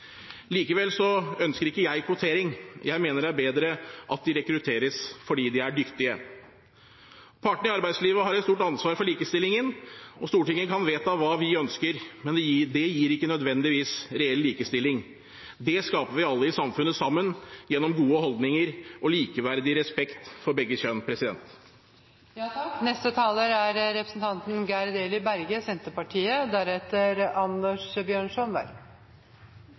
ønsker ikke jeg kvotering. Jeg mener det er bedre at de rekrutteres fordi de er dyktige. Partene i arbeidslivet har et stort ansvar for likestillingen. Stortinget kan vedta hva det ønsker, men det gir ikke nødvendigvis reell likestilling. Det skaper vi alle i samfunnet sammen gjennom gode holdninger og likeverdig respekt for begge kjønn.